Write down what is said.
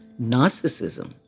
narcissism